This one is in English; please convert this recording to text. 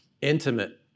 intimate